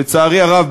לצערי הרב,